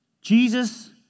Jesus